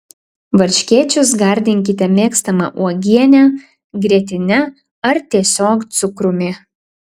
varškėčius gardinkite mėgstama uogiene grietine ar tiesiog cukrumi